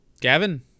Gavin